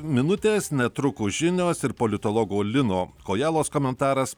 minutės netrukus žinios ir politologo lino kojalos komentaras